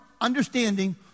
understanding